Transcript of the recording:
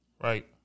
Right